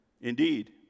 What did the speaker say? Indeed